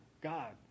God